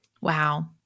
Wow